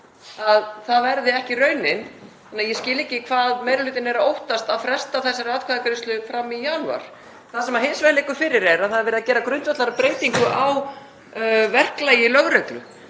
að það verði ekki raunin þannig að ég skil ekki hvað meiri hlutinn er að óttast að fresta þessari atkvæðagreiðslu fram í janúar. Það sem hins vegar liggur fyrir er að það er verið að gera grundvallarbreytingu á verklagi lögreglu.